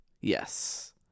Yes